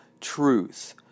truth